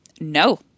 No